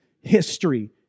history